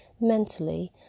mentally